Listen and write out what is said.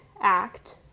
act